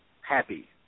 happy